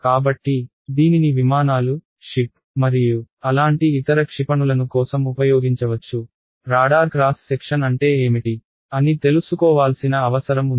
కాబట్టి దీనిని విమానాలు షిప్ మరియు అలాంటి ఇతర క్షిపణులను కోసం ఉపయోగించవచ్చు రాడార్ క్రాస్ సెక్షన్ అంటే ఏమిటి అని తెలుసుకోవాల్సిన అవసరం ఉంది